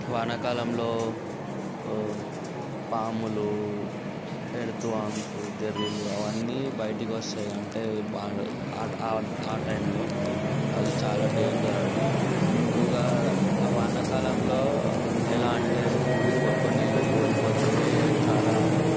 వానాకాలంలో పాములు ఎర్త్వార్మ్స్ జెర్రిలు అవన్నీ బయటకు వస్తాయి అంటే ఆ ఆ ఆ టైమ్లో అది చాలా డేంజర్ అవి ఎక్కువగా ఆ వానాకాలంలో ఎలా అంటే కూలిపో కొన్ని ఇల్లులు కూలిపోతాయి చాలా